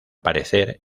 parecer